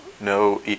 No